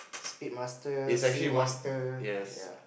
Speedmaster Seamaster ya